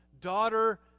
daughter